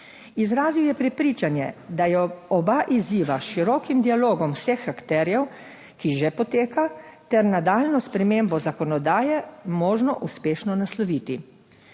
Izrazil je prepričanje, da je oba izziva s širokim dialogom vseh akterjev, ki že poteka, ter nadaljnjo spremembo zakonodaje možno uspešno nasloviti.